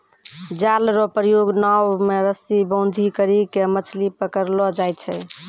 जाल रो प्रयोग नाव मे रस्सी बांधी करी के मछली पकड़लो जाय छै